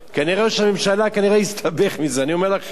כנראה ראש הממשלה הסתבך מזה, אני אומר לכם,